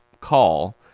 call